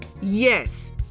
Yes